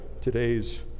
today's